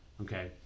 Okay